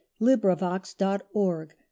LibriVox.org